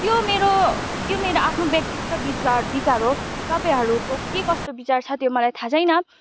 त्यो मेरो त्यो मेरो आफ्नो व्यक्तित्व विचार विचार हो तपाईँहरूको के कस्तो विचार छ त्यो मलाई थाह छैन